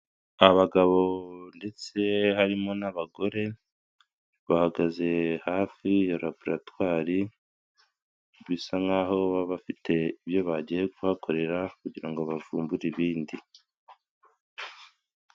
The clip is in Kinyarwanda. Abagabo ndetse harimo n'abagore, bahagaze hafi ya laboratwari bisa nk'aho baba bafite ibyo bagiye kuhakorera kugirango bavumbure ibindi.